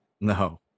No